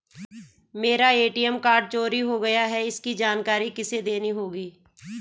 मेरा ATM card चोरी हो गया है इसकी जानकारी किसे देनी होगी?